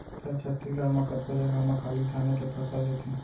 फेर छत्तीसगढ़ म कतको जघा म खाली धाने के फसल लेथें